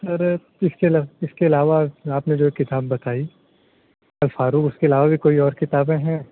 سر اس کے علا علاوہ آپ نے جو کتاب بتائی الفاروق اس کے علاوہ بھی کوئی اور کتابیں ہیں